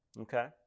okay